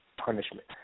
punishment